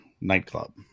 Nightclub